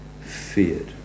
feared